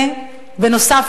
ובנוסף,